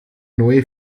neue